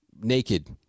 naked